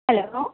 hello